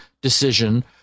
decision